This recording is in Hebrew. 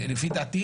לפי דעתי